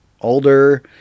older